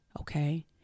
okay